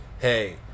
hey